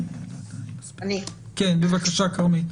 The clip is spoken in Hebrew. בבקשה, כרמית,